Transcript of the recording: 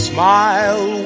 Smile